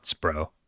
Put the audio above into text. bro